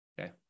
Okay